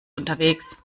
unterwegs